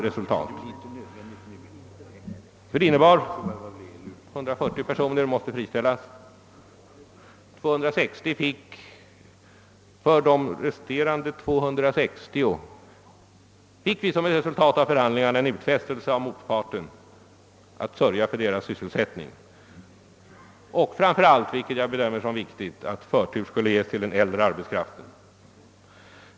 Det innebar alt 140 personer måste friställas, att vi för de resterande 260 fick en utfästelse från motparten att sörja för deras sysselsättning och framför allt, vilket jag bedömer som viktigt, att förtur skulle ges till den äldre arbetskraften.